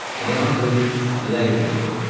and the answer is leeuwenhoek.